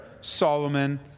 Solomon